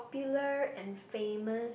and famous